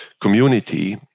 community